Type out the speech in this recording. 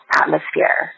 atmosphere